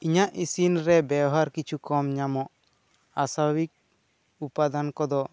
ᱤᱧᱟᱹᱜ ᱤᱥᱤᱱ ᱨᱮ ᱵᱮᱣᱦᱟᱨ ᱠᱤᱪᱷᱩ ᱠᱚᱢ ᱧᱟᱢᱚᱜ ᱟᱥᱟᱵᱷᱟᱵᱤᱠ ᱩᱯᱟᱫᱟᱱ ᱠᱚᱫᱚ